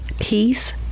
peace